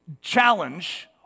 challenge